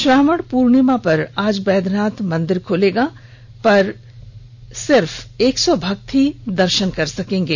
श्रावण पूर्णिमा पर आज बैद्यनाथ मंदिर खुलेगा पर एक सौ भक्त ही दर्शन कर सकेंगे